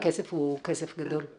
הכסף הוא הרבה יותר כסף גדול.